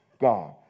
God